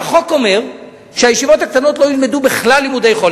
החוק שאומר שהישיבות הקטנות לא ילמדו בכלל לימודי חול,